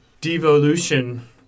devolution